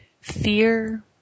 fear